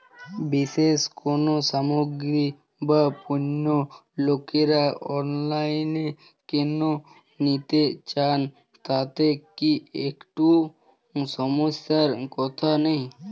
বিশেষ কোনো সামগ্রী বা পণ্য লোকেরা অনলাইনে কেন নিতে চান তাতে কি একটুও সমস্যার কথা নেই?